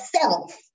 self